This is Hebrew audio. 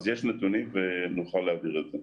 יש נתונים ונוכל להעביר אותם.